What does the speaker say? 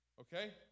okay